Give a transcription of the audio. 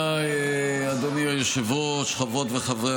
לומר, חברת